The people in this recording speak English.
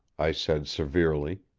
i said severely,